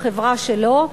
החברה שלו,